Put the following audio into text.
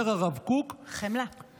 אומר הרב קוק שבאמת